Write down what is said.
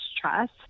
trust